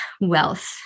wealth